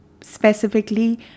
Specifically